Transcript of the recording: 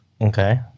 Okay